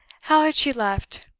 how had she left?